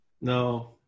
No